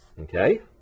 Okay